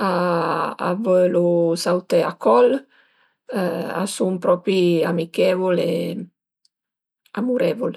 a völu sauté a col, a sun propi amichevul e amurevul